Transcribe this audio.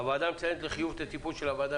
הוועדה מציינת לחיוב את הטיפול של הוועדה